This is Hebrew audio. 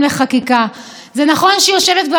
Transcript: זה נכון שהיא יושבת כבר הרבה שנים באופוזיציה.